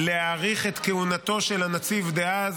להאריך את כהונתו של הנציב דאז,